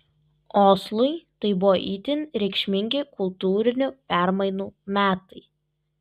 oslui tai buvo itin reikšmingi kultūrinių permainų metai